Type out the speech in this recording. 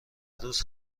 روز